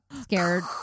scared